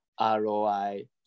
roi